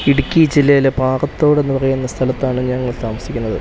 ഇടുക്കി ജില്ലയിലെ പാകത്തോട് എന്ന് പറയുന്ന സ്ഥലത്താണ് ഞങ്ങൾ താമസിക്കുന്നത്